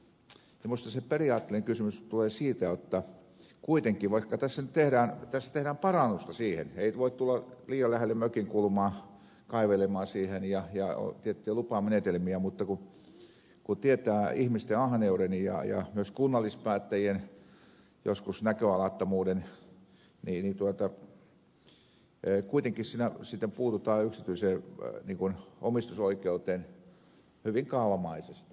minusta se periaatteellinen kysymys tulee siitä jotta kuitenkin vaikka tässä tehdään parannusta siihen ettei voi tulla liian lähelle mökin kulmaa kaivelemaan siihen ja on tiettyjä lupamenetelmiä mutta kun tietää ihmisten ahneuden ja myös joskus kunnallispäättäjien näköalattomuuden niin kuitenkin siinä sitten puututaan yksityiseen omistusoikeuteen hyvin kaavamaisesti